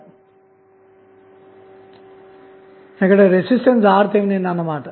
ఇక్కడ equivalent resistance RTh అన్నమాట